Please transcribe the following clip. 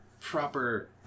proper